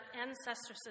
ancestresses